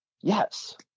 Yes